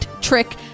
trick